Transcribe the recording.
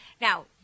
Now